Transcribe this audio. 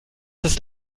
ist